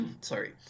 Sorry